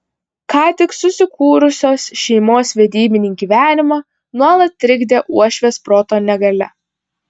ką tik susikūrusios šeimos vedybinį gyvenimą nuolat trikdė uošvės proto negalia